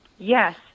Yes